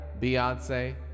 beyonce